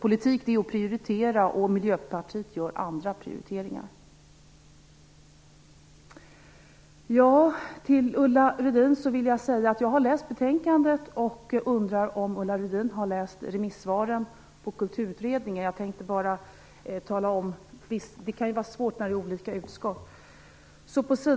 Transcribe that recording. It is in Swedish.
Politik är att prioritera, och Miljöpartiet gör andra prioriteringar. Jag har läst betänkandet, Ulla Rudin. Jag undrar om Ulla Rudin har läst remissvaren till kulturutredningen - det kan ju vara svårt när det rör sig om olika utskott. På s.